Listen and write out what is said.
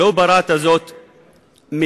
לא בראת זאת מתוהו.